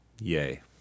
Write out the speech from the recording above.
yay